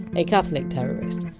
a catholic terrorist.